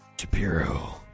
Shapiro